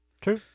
True